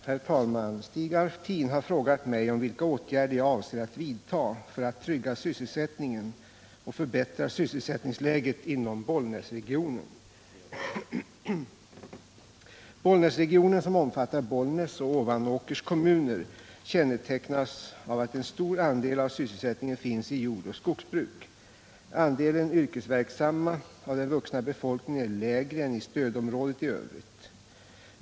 Herr talman! Stig Alftin har frågat mig vilka åtgärder jag avser att vidta för att trygga sysselsättningen och förbättra sysselsättningsläget inom Bollnäsregionen. Bollnäsregionen, som omfattar Bollnäs och Ovanåkers kommuner, kännetecknas av att en stor andel av sysselsättningen finns i jordoch skogsbruk. Andelen yrkesverksamma av den vuxna befolkningen är lägre än i stödområdet i övrigt.